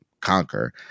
conquer